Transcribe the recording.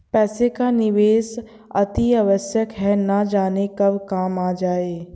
पैसे का निवेश अतिआवश्यक है, न जाने कब काम आ जाए